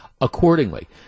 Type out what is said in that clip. accordingly